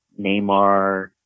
Neymar